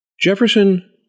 Jefferson